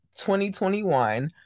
2021